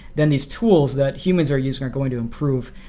then these tools that humans are using are going to improve.